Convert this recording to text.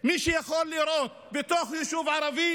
מי שיכול לירות בתוך יישוב ערבי,